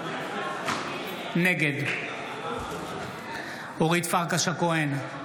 נגד אורית פרקש הכהן,